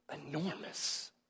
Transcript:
enormous